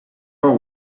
about